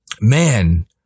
man